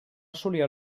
assolir